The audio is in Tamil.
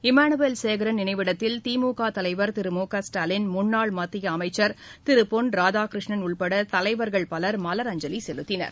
இமானுவேல் சேகரன் நினைவிடத்தில் திமுக தலைவர் திரு மு க ஸ்டாலின் முன்னாள் மத்திய அமைச்சர் திரு பொன்ராதா கிருஷ்ணன் உட்பட தலைவர்கள் பலர் மலரஞ்சலி செலுத்தினர்